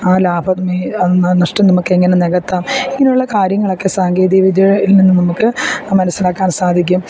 ആ ലാഭം ഈ നഷ്ടം നമുക്കെങ്ങനെ നികത്താം ഇങ്ങനെ ഉള്ള കാര്യങ്ങളൊക്കെ സാങ്കേതികവിദ്യയിൽ നിന്ന് നമുക്ക് മനസ്സിലാക്കാൻ സാധിക്കും